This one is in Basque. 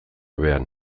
behean